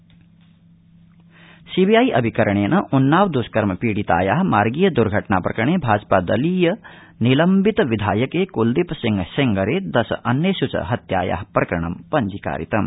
CBI Kuldeep Singh CBI अभिकरणे उन्नाव दृष्कर्म पीडिताया मार्गीय दर्घटना प्रकरणे भाजपादलीय निलम्बित विधायके कुलदीपसिंह सेंगरे दश अन्येषु च हत्याया प्रकरणं पंजीकारितम्